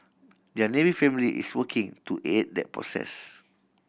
their Navy family is working to aid that process